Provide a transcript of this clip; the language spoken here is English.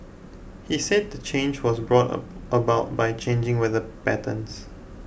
he said the change was brought about by changing weather patterns